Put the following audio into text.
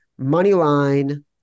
Moneyline